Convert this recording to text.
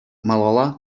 малалла